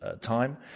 time